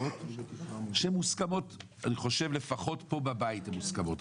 שהן מוסכמות, לפחות פה בבית הן מוסכמות.